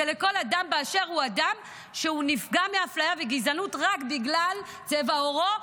זה לכל אדם באשר הוא אדם שהוא נפגע מאפליה וגזענות רק בגלל צבע עורו,